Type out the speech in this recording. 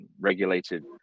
regulated